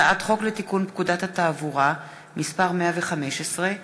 הצעת חוק לתיקון פקודת התעבורה (מס' 115)